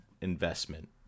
investment